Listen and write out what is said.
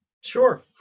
Sure